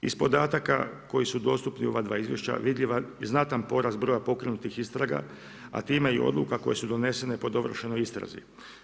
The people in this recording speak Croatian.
Iz podataka koji su dostupni u ova dva izvješća vidljiva i znatan poraz broja pokrenutih istraga, a time i odluka koje su donesene pod ovršenu istragu.